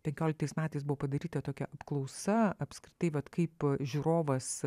penkioliktais metais buvo padaryta tokia apklausa apskritai vat kaip žiūrovas